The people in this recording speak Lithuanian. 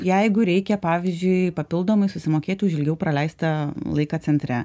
jeigu reikia pavyzdžiui papildomai susimokėti už ilgiau praleistą laiką centre